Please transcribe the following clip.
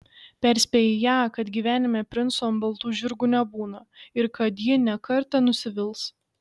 perspėji ją kad gyvenime princų ant baltų žirgų nebūna ir kad ji ne kartą nusivils